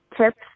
tips